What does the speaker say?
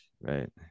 right